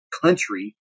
country